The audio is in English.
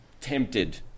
tempted